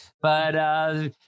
but-